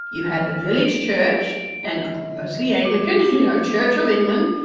you had the village church and mostly anglican, you know church of england.